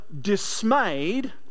dismayed